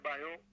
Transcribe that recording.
Bio